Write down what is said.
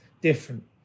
different